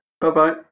Bye-bye